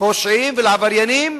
לפושעים ולעבריינים.